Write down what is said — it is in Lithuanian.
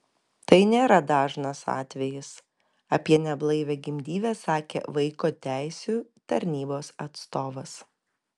tai nėra dažnas atvejis apie neblaivią gimdyvę sakė vaiko teisių tarnybos atstovas